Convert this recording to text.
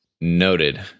Noted